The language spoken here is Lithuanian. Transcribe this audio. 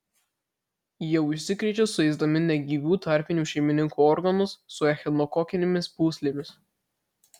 jie užsikrečia suėsdami negyvų tarpinių šeimininkų organus su echinokokinėmis pūslėmis